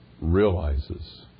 realizes